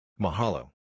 Mahalo